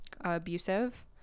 abusive